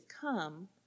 come